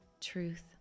truth